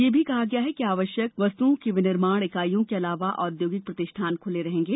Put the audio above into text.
यह भी कहा गया है कि आवश्यक वस्तुओं की विनिर्माण इकाइयों के अलावा औद्योगिक प्रतिष्ठान खुले रहेंगे